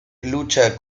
lucha